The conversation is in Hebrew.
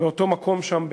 לאותו מקום שם,